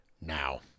now